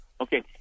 okay